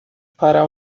para